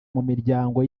mumiryango